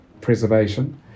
preservation